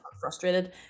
Frustrated